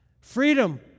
Freedom